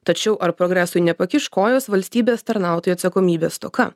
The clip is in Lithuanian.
tačiau ar progresui nepakiš kojos valstybės tarnautojų atsakomybės stoka